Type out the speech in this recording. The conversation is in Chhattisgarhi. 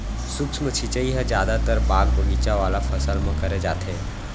सूक्ष्म सिंचई ह जादातर बाग बगीचा वाला फसल म करे जाथे